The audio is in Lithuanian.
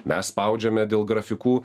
mes spaudžiame dėl grafikų